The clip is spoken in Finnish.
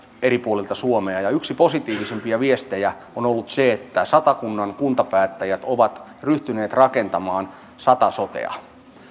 eri puolilta suomea ja yksi positiivisimpia viestejä on ollut se että satakunnan kuntapäättäjät ovat ryhtyneet rakentamaan satasotea